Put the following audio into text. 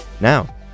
Now